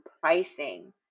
pricing